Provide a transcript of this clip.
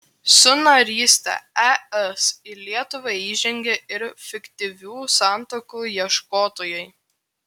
su naryste es į lietuvą įžengė ir fiktyvių santuokų ieškotojai